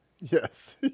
Yes